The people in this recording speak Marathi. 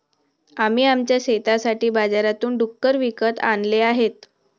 आम्ही आमच्या शेतासाठी बाजारातून डुक्कर विकत आणले आहेत